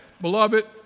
beloved